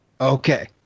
Okay